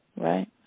Right